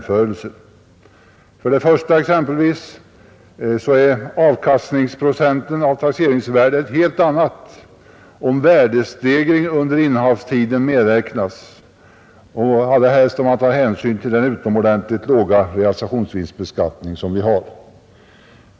För det första är exempelvis avkastningsprocenten av taxeringsvärdet en helt annan om värdestegringen under innehavstiden medräknas och allra helst om man tar hänsyn till den utomordentligt låga realisationsvinstbeskattning som vi har.